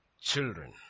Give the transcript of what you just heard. children